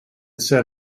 set